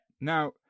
Now